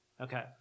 Okay